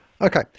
Okay